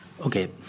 Okay